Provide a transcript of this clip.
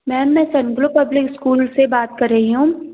ma'am मैं Sunblow public school से बात कर रही हूँ